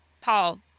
Paul